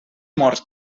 morts